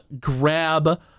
grab